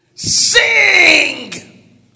Sing